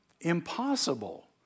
Impossible